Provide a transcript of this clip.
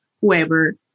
whoever